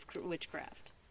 witchcraft